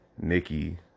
Nikki